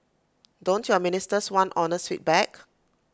don't your ministers want honest feedback